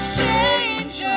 change